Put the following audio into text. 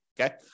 okay